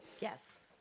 Yes